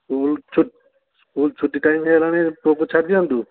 school ଛୁ school ଛୁଟି time ହେଇଗଲାଣି ପୁଅକୁ ଛାଡି ଦିଅନ୍ତୁ